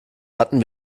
hatten